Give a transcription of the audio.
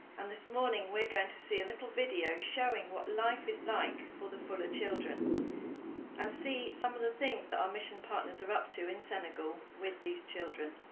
and this morning we're going to see a little video showing what life is like for the fula children and see some of the things that our mission partners are up to in senegal with these children.